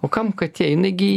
o kam katė jinai gi